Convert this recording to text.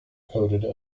coded